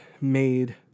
made